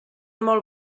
molt